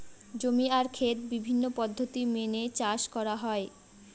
জমি আর খেত বিভিন্ন পদ্ধতি মেনে চাষ করা হয়